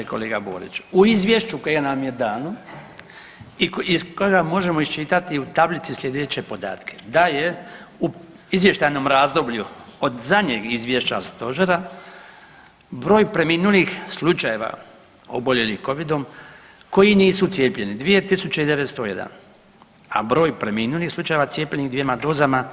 Kolega Boriću u izvješću koje nam je dano i iz kojega možemo iščitati u tablici slijedeće podatke da je u izvještajnom razdoblju od zadnjeg izvješća stožera broj preminulih slučajeva oboljelih Covidom koji nisu cijepljeni 2901, a broj preminulih slučajeva dvijema dozama